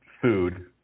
food